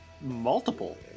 multiple